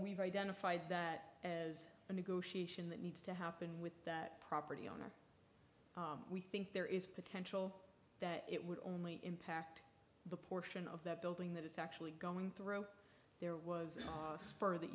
we've identified that as a negotiation that needs to happen with that property owner we think there is potential that it would only impact the portion of the building that it's actually going through there was a spur that